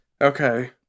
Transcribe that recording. Okay